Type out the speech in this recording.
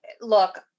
look